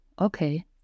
okay